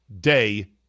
day